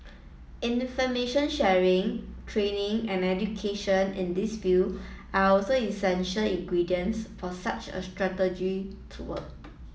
information sharing training and education in this field are also essential ingredients for such a strategy to work